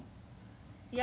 oh